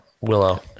willow